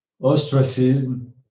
ostracism